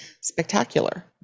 spectacular